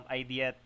idea